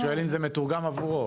השאלה אם זה מתורגם עבורו.